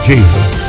Jesus